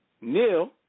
Neil